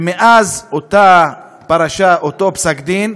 ומאז אותה פרשה, אותו פסק-דין,